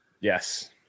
yes